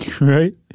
Right